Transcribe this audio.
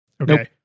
Okay